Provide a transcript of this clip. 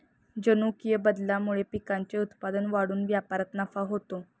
जनुकीय बदलामुळे पिकांचे उत्पादन वाढून व्यापारात नफा होतो